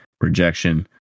rejection